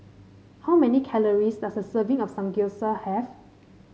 how many calories does a serving of Samgyeopsal have